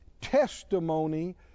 testimony